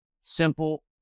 simple